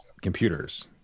computers